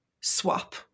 swap